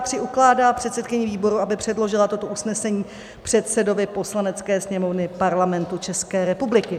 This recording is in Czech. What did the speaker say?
III. ukládá předsedkyni výboru, aby předložila toto usnesení předsedovi Poslanecké sněmovny Parlamentu České republiky.